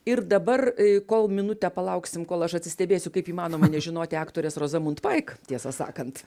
ir dabar kol minutę palauksim kol aš atsistebėsiu kaip įmanoma nežinoti aktorės rozamund paik tiesą sakant